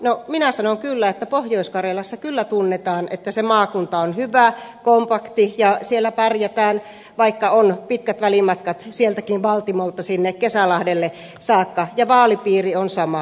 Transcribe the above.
no minä sanon kyllä että pohjois karjalassa kyllä ajatellaan että se maakunta on hyvä kompakti ja siellä pärjätään vaikka on pitkät välimatkat sieltäkin valtimolta sinne kesälahdelle saakka ja vaalipiiri on sama